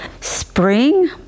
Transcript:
spring